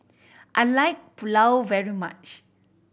I like Pulao very much